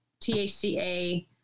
THCA